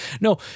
No